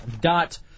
dot